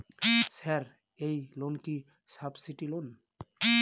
Sir এই loan কি subsidy loan?